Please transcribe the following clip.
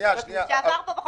מעסיקים שעבר פה בחוק.